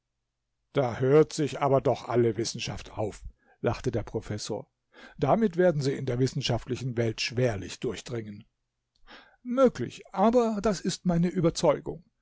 da hört sich aber doch alle wissenschaft auf lachte der professor damit werden sie in der wissenschaftlichen welt schwerlich durchdringen möglich aber das ist meine überzeugung